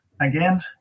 again